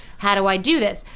how do i do this?